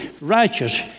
righteous